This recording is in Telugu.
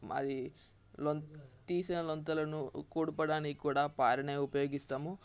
మరి లొం తీసిన లొందలను కూడపడానికి కూడా పారనే ఉపయోగిస్తాము